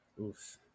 Oof